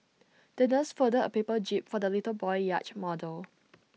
the nurse folded A paper jib for the little boy yacht model